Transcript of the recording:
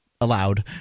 allowed